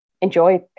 enjoy